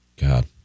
God